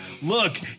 Look